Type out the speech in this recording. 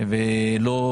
התכנית.